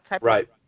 Right